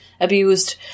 abused